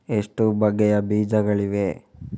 ಎಷ್ಟು ಬಗೆಯ ಬೀಜಗಳಿವೆ?